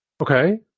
Okay